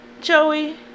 Joey